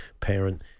parent